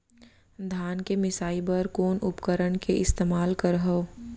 धान के मिसाई बर कोन उपकरण के इस्तेमाल करहव?